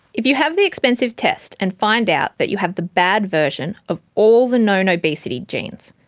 if you have the expensive test and find out that you have the bad version of all the known obesity genes,